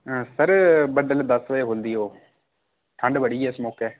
sir बडलै दस बजे खुल्लदी ओह् ठंड बड़ी ऐ इस मौके